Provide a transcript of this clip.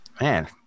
Man